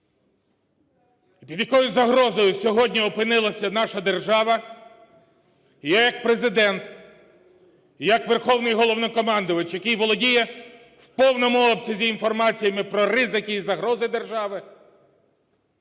під якою загрозою сьогодні опинилася наша держава. І я як Президент, як Верховний Головнокомандувач, який володіє в повному обсязі інформаціями про ризики і загрози держави,